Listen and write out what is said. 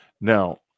Now